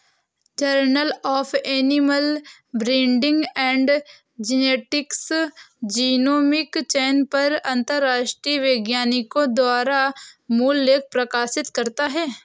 journal of animal breeding and genetics genomic चयन पर अंतरराष्ट्रीय वैज्ञानिकों द्वारा मूल लेख प्रकाशित करता है